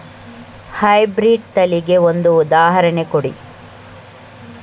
High breed ತಳಿಗೆ ಒಂದು ಉದಾಹರಣೆ ಕೊಡಿ?